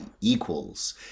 equals